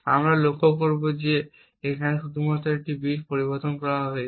আমরা লক্ষ্য করব যে এখানে শুধুমাত্র একটি বিট পরিবর্তন করা হয়েছে